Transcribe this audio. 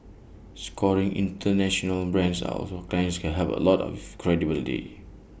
scoring International brands are also clients can helps A lot of credibility